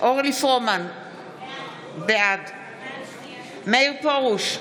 אני בעד פינדרוס.